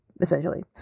essentially